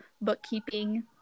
bookkeeping